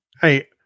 Hey